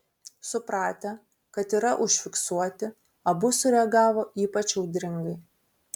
supratę kad yra užfiksuoti abu sureagavo ypač audringai